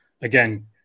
again